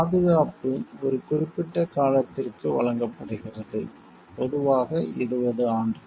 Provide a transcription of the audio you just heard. பாதுகாப்பு ஒரு குறிப்பிட்ட காலத்திற்கு வழங்கப்படுகிறது பொதுவாக 20 ஆண்டுகள்